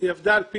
על פי